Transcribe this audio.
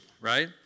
right